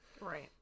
Right